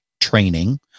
training